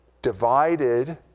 Divided